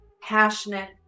passionate